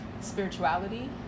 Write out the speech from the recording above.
spirituality